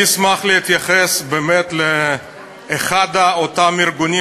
אני אשמח להתייחס באמת לאחד מאותם הארגונים